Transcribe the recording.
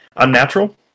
Unnatural